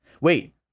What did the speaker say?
Wait